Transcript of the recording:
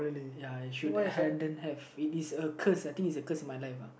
ya I should hadn't have it is a curse I think it's a curse in my life ah